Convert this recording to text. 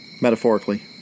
Metaphorically